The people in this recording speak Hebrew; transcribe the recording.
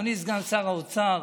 אדוני סגן שר האוצר,